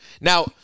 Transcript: now